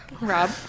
Rob